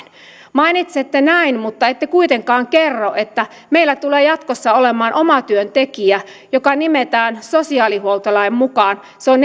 mainitsette näin mutta ette kuitenkaan kerro että meillä tulee jatkossa olemaan omatyöntekijä joka nimetään sosiaalihuoltolain mukaan se on